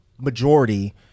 majority